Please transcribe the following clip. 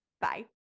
Bye